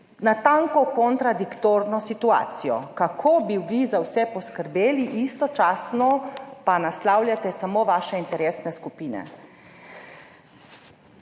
natanko kontradiktorno situacijo, kako bi vi za vse poskrbeli, istočasno pa naslavljate samo vaše interesne skupine.